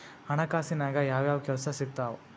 ಹಣಕಾಸಿನ್ಯಾಗ ಯಾವ್ಯಾವ್ ಕೆಲ್ಸ ಸಿಕ್ತಾವ